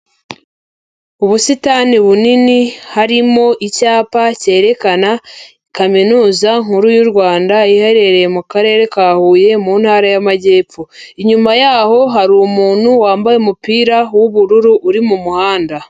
Ubusitani bunini harimo icyapa cyerekana kaminuza nkuru y'u Rwanda iherereye mu karere ka Huye, mu ntara y'Amajyepfo, inyuma y'aho hari umuntu wambaye umupira w'ubururu uri mu muhanda.